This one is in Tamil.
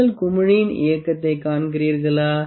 நீங்கள் குமிழியின் இயக்கத்தைக் காண்கிறீர்களா